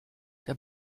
der